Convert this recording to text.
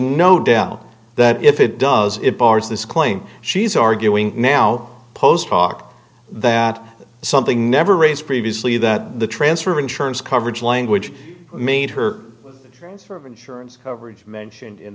no doubt that if it does it bars this claim she's arguing now post hoc that something never raised previously that the transfer of insurance coverage language made her transfer of insurance coverage mentioned in